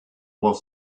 was